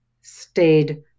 stayed